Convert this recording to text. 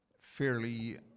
fairly